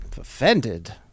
offended